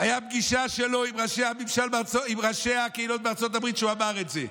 הייתה פגישה שלו עם ראשי הקהילות בארצות הברית והוא אמר את זה.